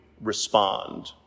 respond